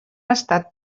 estat